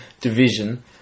division